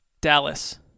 Dallas